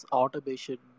automation